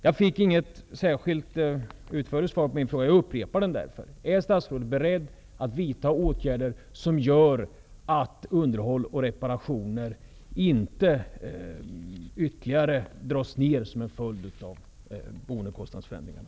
Jag fick inget särskilt utförligt svar på min fråga, och därför upprepar jag den. Är statsrådet beredd att vidta åtgärder som gör att man inte ytterligare drar ned på underhåll och reparationer som en följd av boendekostnadsförändringarna?